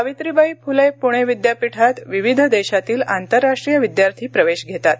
सावित्रीबाई फुले पुणे विद्यापीठात विविध देशातील आंतरराष्ट्रीय विद्यार्थी प्रवेश घेतात